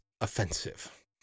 offensive